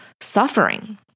suffering